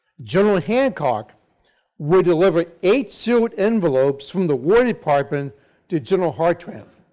general hancock will deliver eight sealed envelopes from the war department to general hartranft.